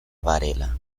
varela